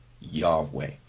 Yahweh